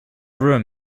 room